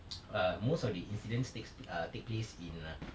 err most of the incidents takes pl~ err take place in ah